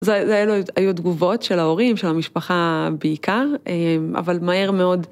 זה היו תגובות של ההורים, של המשפחה בעיקר, אבל מהר מאוד.